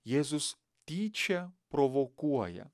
jėzus tyčia provokuoja